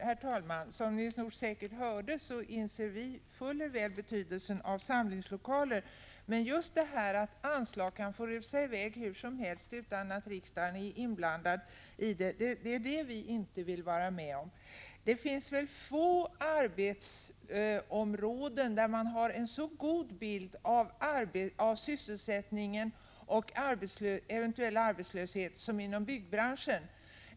Herr talman! Som Nils Nordh säkert hörde inser vi fuller väl betydelsen av samlingslokaler. Men just detta att anslagen kan rusa i väg hur som helst utan att riksdagen är inblandad vill vi inte vara med om. Det finns få arbetsområden där man har en så god bild av sysselsättningssituationen och eventuell arbetslöshet som inom byggbranschen.